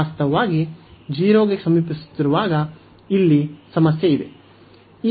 ವಾಸ್ತವವಾಗಿ 0 ಗೆ ಸಮೀಪಿಸುತ್ತಿರುವಾಗ ಇಲ್ಲಿ ಸಮಸ್ಯೆ ಇದೆ